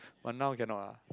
but now cannot lah